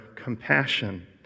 compassion